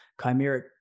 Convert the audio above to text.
chimeric